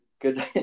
good